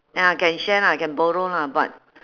ya can share lah I can borrow lah but